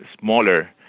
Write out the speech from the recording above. smaller